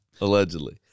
allegedly